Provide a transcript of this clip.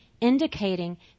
indicating